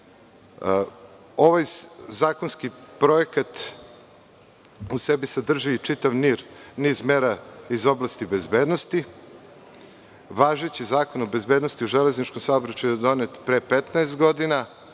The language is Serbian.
zakonski projekat u sebi sadrži čitav niz mera iz oblasti bezbednosti. Važeći Zakon o bezbednosti u železničkom saobraćaju je donet pre 15 godina.